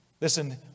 listen